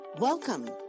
Welcome